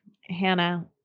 Hannah